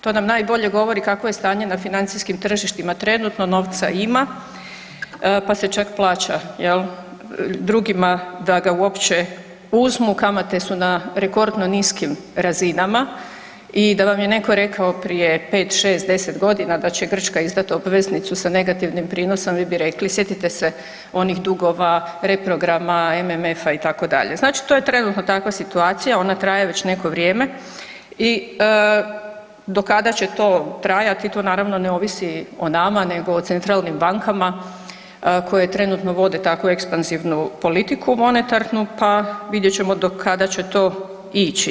To nam najbolje govori kakvo je stanje na financijskim tržištima trenutno, novca ima pa se čak plaća drugima da ga uopće uzmu, kamate su na rekordno niskim razinama i da vam je netko rekao prije 5, 6, 10 godina da će Grčka izdati obveznicu sa negativnim prinosom vi bi rekli, sjetite se onih dugova, reprograma MMF-a itd., znači to je trenutno takva situacija, ona traje već neko vrijeme i do kada će to trajati to naravno ne ovisi o nama nego o centralnim bankama koje trenutno vode takvu ekspanzivnu politiku monetaru, pa vidjet ćemo do kada će to ići.